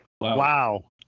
Wow